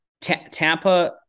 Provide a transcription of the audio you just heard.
Tampa